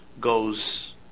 goes